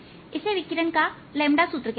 इसे विकिरण का लेमड़ा सूत्र कहते हैं